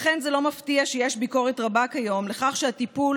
לכן זה לא מפתיע שיש ביקורת רבה כיום על כך שהטיפול